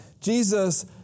Jesus